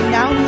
now